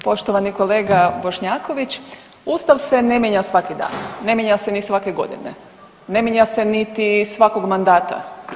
Poštovani kolega Bošnjaković, Ustav se ne mijenja svaki dan, ne mijenja se ni svake godine, ne mijenja se niti svakog mandata.